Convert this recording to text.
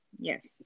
Yes